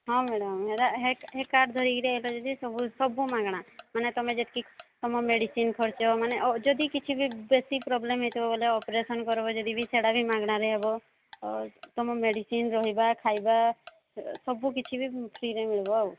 ହଁ madam health card ଧରିକି ଆସିଲ ଯଦି ସବୁ ମାଗଣା ମାନେ ତୁମେ ଯେତିକି ତୁମ ମେଡିସିନ୍ ଖର୍ଚ୍ଚ ମାନେ ଯଦି କିଛି ବି ବେଶୀ ପ୍ରୋବ୍ଲେମ୍ ହୋଇଥିବ ଅପେରେସନ୍ କରିବ ଯଦି ସେଇଟା ବି ମାଗେଣାରେ ହେବ ତୁମ ମେଡିସିନ୍ ରହିବା ଖାଇବା ସବୁ କିଛି ବି ଫ୍ରୀ ରେ ମିଳିବ ଆଉ